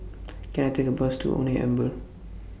Can I Take A Bus to Only Amber